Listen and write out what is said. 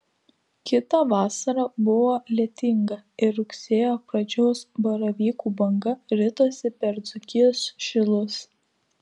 kita vasara buvo lietinga ir rugsėjo pradžios baravykų banga ritosi per dzūkijos šilus